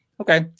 okay